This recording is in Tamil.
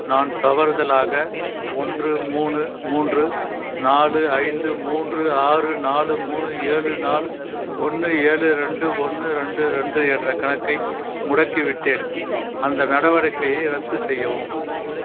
நான் தவறுதலாக ஒன்று மூணு மூன்று நாலு ஐந்து மூன்று ஆறு நாலு மூணு ஏழு நாலு ஒன்று ஏழு ரெண்டு ஒன்று ரெண்டு ரெண்டு என்ற கணக்கை முடக்கிவிட்டேன் அந்த நடவடிக்கையை ரத்து செய்யவும்